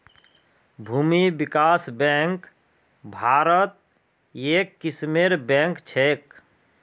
भूमि विकास बैंक भारत्त एक किस्मेर बैंक छेक